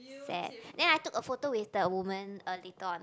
sad then I took a photo with the women uh later on